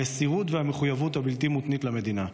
המסירות והמחויבות הבלתי-מותנית למדינה.